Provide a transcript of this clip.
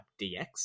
DX